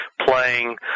playing